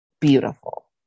beautiful